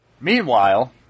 Meanwhile